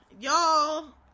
y'all